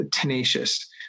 tenacious